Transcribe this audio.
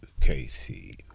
Casey